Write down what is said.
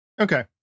Okay